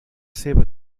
seva